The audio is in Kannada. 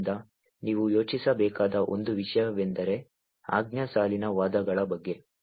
ಆದ್ದರಿಂದ ನೀವು ಯೋಚಿಸಬೇಕಾದ ಒಂದು ವಿಷಯವೆಂದರೆ ಆಜ್ಞಾ ಸಾಲಿನ ವಾದಗಳ ಬಗ್ಗೆ